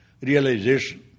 realization